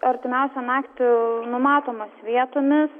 artimiausią naktį numatomos vietomis